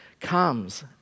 comes